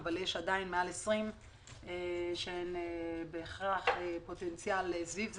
אבל יש עדיין למעלה מ-20 שהן בהכרח פוטנציאל סביב זה.